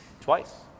Twice